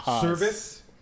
service